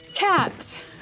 Cats